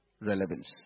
relevance